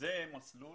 וזה מסלול